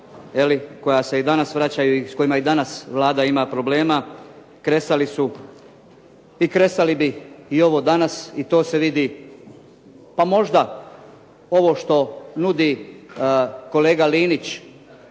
koja se i danas vraćaju i s kojima i danas Vlada ima problema, kresali su i kresali bi i ovo danas i to se vidi, pa možda ovo što nudi kolega Linić,